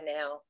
now